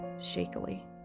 shakily